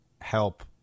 help